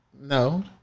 No